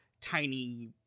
tiny